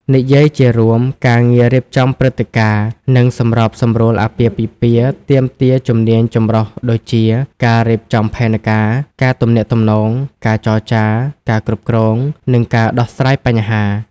និយាយជារួម ការងាររៀបចំព្រឹត្តិការណ៍ និងសម្របសម្រួលអាពាហ៍ពិពាហ៍ ទាមទារជំនាញចម្រុះដូចជា ការរៀបចំផែនការ ការទំនាក់ទំនង ការចរចារ ការគ្រប់គ្រង និងការដោះស្រាយបញ្ហា។